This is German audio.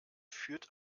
führt